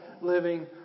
living